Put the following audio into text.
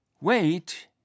Wait